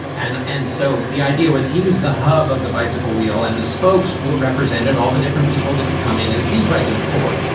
and and so the idea was he was the hub of the bicycle wheel and the spokes were represented, all the different people that could come in and see president ford.